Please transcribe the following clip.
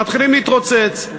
ומתחילים להתרוצץ.